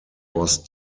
was